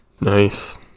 Nice